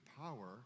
power